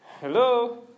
Hello